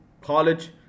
college